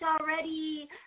already